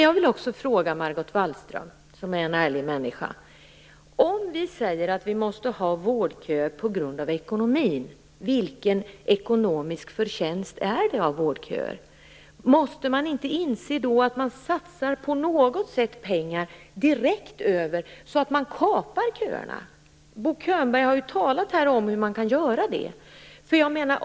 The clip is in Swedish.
Jag vill också fråga Margot Wallström, som är en ärlig människa: Det sägs att vi måste ha vårdköer på grund av ekonomin, men vilken ekonomisk förtjänst innebär vårdköerna? Måste man inte inse att man på något sätt måste satsa pengar direkt, så att man kapar köerna? Bo Könberg har här talat om hur man skulle kunna göra det.